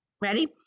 Ready